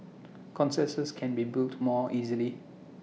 consensus can be built more easily